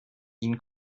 ihn